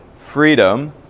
freedom